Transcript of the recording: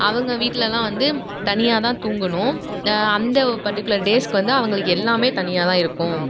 அவங்க வீட்டுலலாம் வந்து தனியாக தான் தூங்கணும் அந்த பர்டிகுலர் டேஸுக்கு வந்து அவங்களுக்கு எல்லாம் தனியாக இருக்கும்